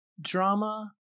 drama